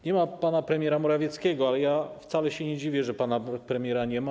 Nie ma pana premiera Morawieckiego, ale ja wcale się nie dziwię, że pana premiera nie ma.